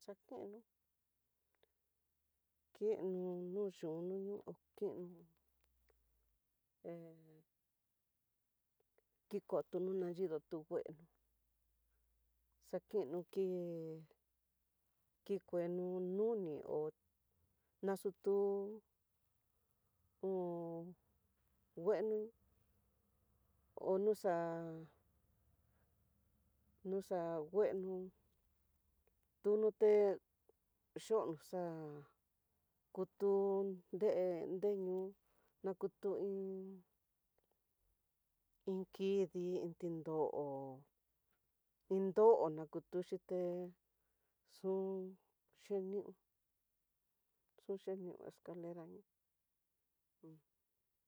Xakeno keno nuyuno ño, keno he kikono naxhindo kungueno, xakino ké kingueno nuni hó naxutu hó ngueno ho nuxa nuxa ngueno tunoté, yono xa'á kutu nreñuu nakutu iin, inkidi iin tindo, tindo nakutuxhi té xun xhino tu xhino escalera ni un.